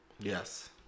yes